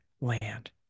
land